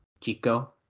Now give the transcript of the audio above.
chico